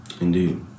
indeed